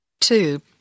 Two